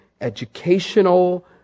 educational